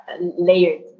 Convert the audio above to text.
layered